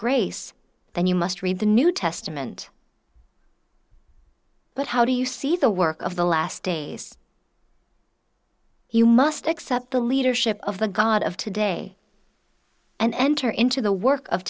grace then you must read the new testament but how do you see the work of the last days you must accept the leadership of the god of today and enter into the work of